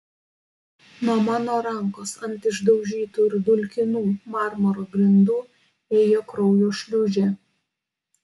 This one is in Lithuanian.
nuo mano rankos ant išdaužytų ir dulkinų marmuro grindų ėjo kraujo šliūžė